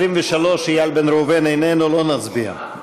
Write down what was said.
23, איל בן ראובן איננו, לא נצביע.